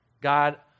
God